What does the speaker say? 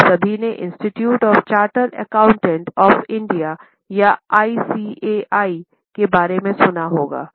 आप सभी ने institute of charter accountant of India या ICAI के बारे में सुना होगा